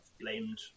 blamed